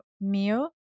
meal